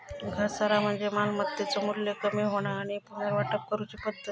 घसारा म्हणजे मालमत्तेचो मू्ल्य कमी होणा आणि पुनर्वाटप करूची पद्धत